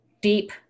deep